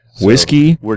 whiskey